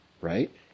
right